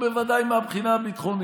ובוודאי מהבחינה הביטחונית.